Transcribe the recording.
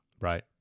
right